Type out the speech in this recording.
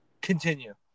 Continue